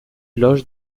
loge